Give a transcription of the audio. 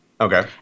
Okay